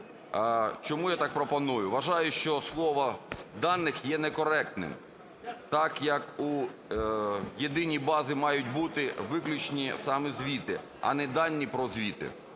Чому я так пропоную? Вважаю, що слово "даних" є некоректним, так як у Єдиній базі мають бути виключно саме звіти, а не дані про звіти.